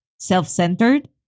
self-centered